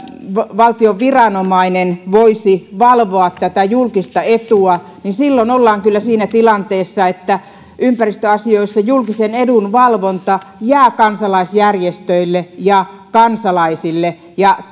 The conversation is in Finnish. valtion viranomainen voisi valvoa julkista etua silloin ollaan kyllä siinä tilanteessa että ympäristöasioissa julkisen edun valvonta jää kansalaisjärjestöille ja kansalaisille ja tätä